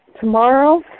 tomorrow